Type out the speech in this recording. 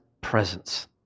presence